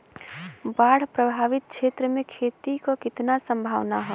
बाढ़ प्रभावित क्षेत्र में खेती क कितना सम्भावना हैं?